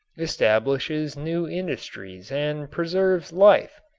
establishes new industries and preserves life,